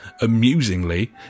amusingly